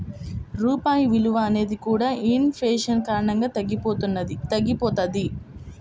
రూపాయి విలువ అనేది కూడా ఇన్ ఫేషన్ కారణంగా తగ్గిపోతది